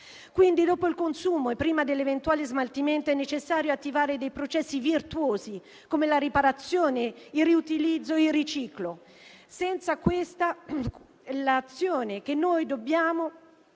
dopo il consumo e prima dell'eventuale smaltimento, è necessario attivare dei processi virtuosi come la riparazione, il riutilizzo e il riciclo, che noi dobbiamo